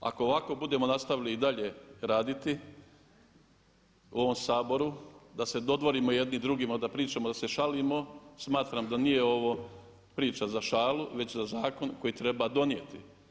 Ako ovako budemo nastavili i dalje raditi u ovom Saboru da se dodvorimo jedni drugima, da pričamo, da se šalimo smatram da nije ovo priča za šalu već za zakon koji treba donijeti.